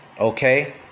Okay